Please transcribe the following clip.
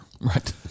Right